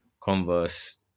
Converse